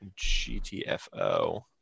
GTFO